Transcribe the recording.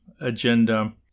agenda